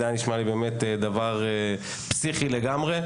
זה היה נשמע לי דבר פסיכי לגמרי,